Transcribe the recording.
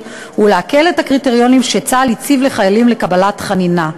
ולהקל את הקריטריונים שצה"ל הציב לחיילים לקבלת חנינה.